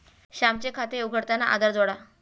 श्यामचे खाते उघडताना आधार जोडा